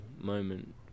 moment